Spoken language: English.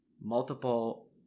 multiple